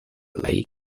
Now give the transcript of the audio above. les